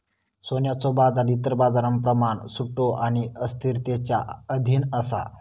सोन्याचो बाजार इतर बाजारांप्रमाण सट्टो आणि अस्थिरतेच्या अधीन असा